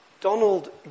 Donald